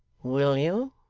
will you